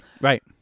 Right